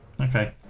Okay